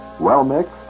Well-mixed